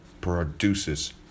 produces